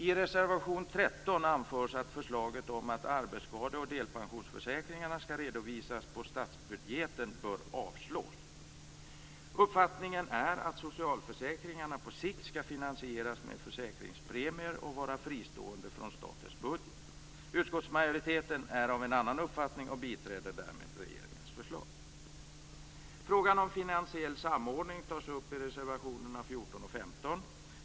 I reservation 13 anförs att förslaget om att arbetsskade och delpensionsförsäkringarna skall redovisas på statsbudgeten bör avslås. Uppfattningen är att socialförsäkringarna på sikt skall finansieras med försäkringspremier och vara fristående från statens budget. Utskottsmajoriteten är av en annan uppfattning och biträder därmed regeringens förslag. Frågan om finansiell samordning tas upp i reservationerna 14 och 15.